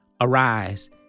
Arise